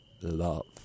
love